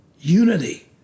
unity